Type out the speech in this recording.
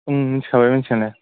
मिनथिखाबाय मिनथिनाया